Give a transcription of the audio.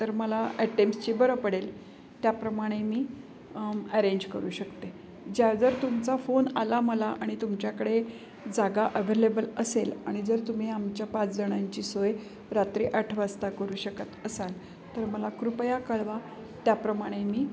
तर मला ॲटेम्सची बरं पडेल त्याप्रमाणे मी अरेंज करू शकते ज्या जर तुमचा फोन आला मला आणि तुमच्याकडे जागा अव्हेलेबल असेल आणि जर तुम्ही आमच्या पाचजणांची सोय रात्री आठ वाजता करू शकत असाल तर मला कृपया कळवा त्याप्रमाणे मी